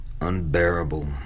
unbearable